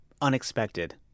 unexpected